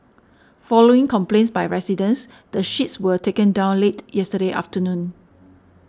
following complaints by residents the sheets were taken down late yesterday afternoon